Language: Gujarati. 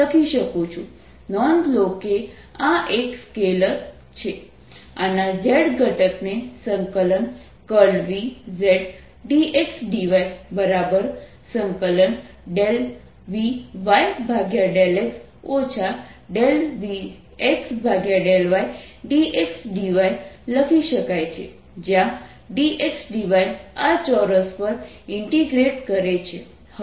dSz dxdy આના Z ઘટકને z dxdyVy∂x Vx∂ydx dy લખી શકાય છે જ્યાં dx dy આ ચોરસ પર ઇન્ટિગ્રેટ કરે છે